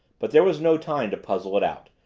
but there was no time to puzzle it out,